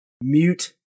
mute